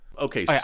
Okay